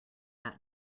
that